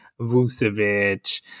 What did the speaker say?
Vucevic